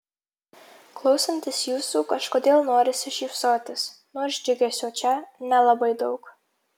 klausantis jūsų kažkodėl norisi šypsotis nors džiugesio čia nelabai daug